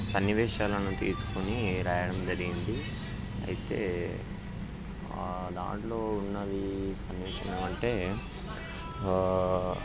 సన్నివేశాలను తీసుకుని రాయడం జరిగింది అయితే దాంట్లో ఉన్నది సన్నివేశం అంటే